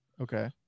Okay